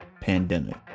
pandemic